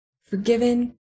forgiven